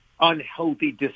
unhealthy